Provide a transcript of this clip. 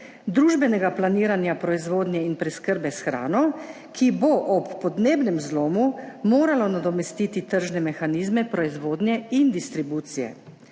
družbenega planiranja proizvodnje in preskrbe s hrano, ki bo ob podnebnem zlomu moralo nadomestiti tržne mehanizme proizvodnje in distribucije.